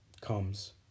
comes